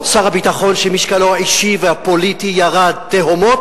אני מודע למגבלות הפוליטיות.